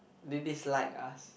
they dislike us